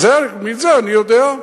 מזה אני יודע.